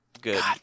good